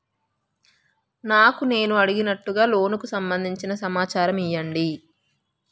నాకు నేను అడిగినట్టుగా లోనుకు సంబందించిన సమాచారం ఇయ్యండి?